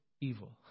evil